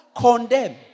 condemn